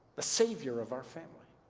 the savior of our family.